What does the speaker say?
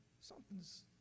Something's